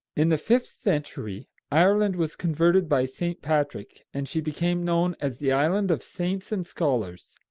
in the fifth century ireland was converted by st. patrick, and she became known as the island of saints and scholars.